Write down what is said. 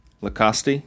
Lacoste